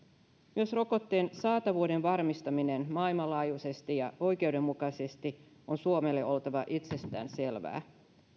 myös rokotteen saatavuuden varmistaminen maailmanlaajuisesti ja oikeudenmukaisesti on suomelle oltava itsestäänselvää